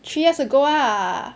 three years ago ah